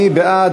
מי בעד?